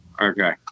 Okay